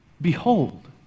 Behold